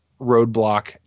roadblock